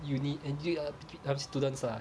uni engin~ uh students lah